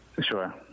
Sure